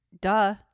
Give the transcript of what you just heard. duh